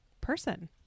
person